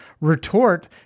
retort